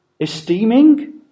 Esteeming